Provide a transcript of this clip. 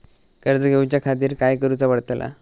कर्ज घेऊच्या खातीर काय करुचा पडतला?